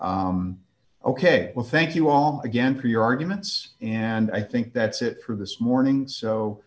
ok well thank you all again for your arguments and i think that's it for this morning so